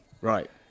right